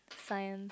Science